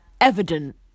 evident